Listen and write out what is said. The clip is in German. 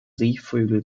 seevögel